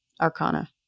Arcana